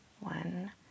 one